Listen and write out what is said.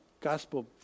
gospel